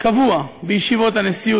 אני משתתף קבוע בישיבות הנשיאות,